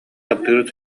таптыыр